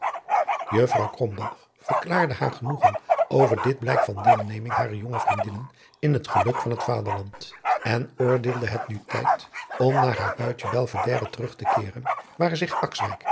krombalg verklaarde haar genoegen over dit blijk van deelneming harer jonge vriendinnen in het geluk van het vaderland en oordeelde het nu tijd om naar haar buitentje belvedere terug te keeren waar zich